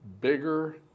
bigger